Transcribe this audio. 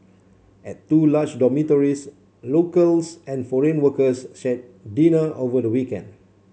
at two large dormitories locals and foreign workers shared dinner over the weekend